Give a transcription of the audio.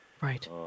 Right